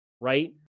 right